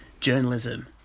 journalism